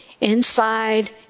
inside